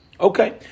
Okay